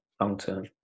long-term